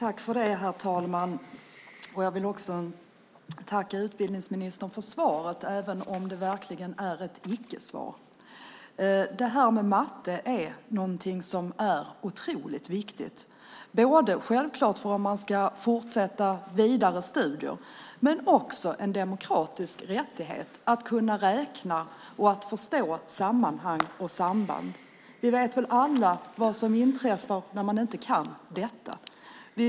Herr talman! Jag vill tacka utbildningsministern för svaret, även om det verkligen är ett icke-svar. Det här med matte är någonting som är otroligt viktigt, självklart om man ska fortsätta med vidare studier, men det är också en demokratisk rättighet att kunna räkna och att förstå sammanhang och samband. Vi vet väl alla vad som inträffar när man inte kan detta.